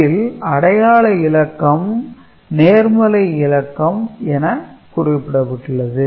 இதில் அடையாள இலக்கமும் நேர்மறை இலக்கம் என குறிப்பிடப்பட்டுள்ளது